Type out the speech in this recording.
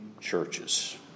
churches